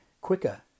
quicker